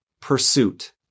pursuit